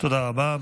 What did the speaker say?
תודה רבה.